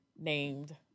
named